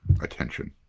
attention